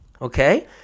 okay